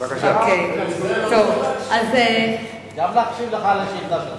בישראל הוא 30% אם מחשבים את אלה שהתייאשו מחיפוש עבודה.